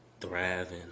thriving